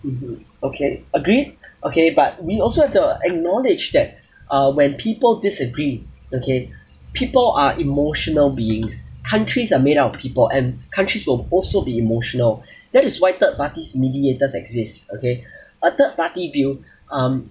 mmhmm okay agreed okay but we also have to acknowledge that uh when people disagree okay people are emotional beings countries are made up of people and countries will also be emotional that is why third parties mediators exist okay a third party view um